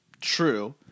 true